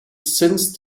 since